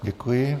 Děkuji.